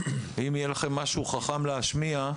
ואם יהיה לכם משהו חכם להשמיע,